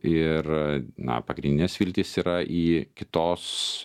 ir na pagrindinės viltys yra į kitos